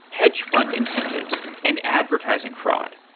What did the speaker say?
hedge fund incentives, and advertising fraud.